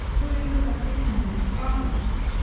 what do we do about fixing these problems?